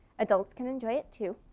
adults can enjoy it too.